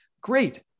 Great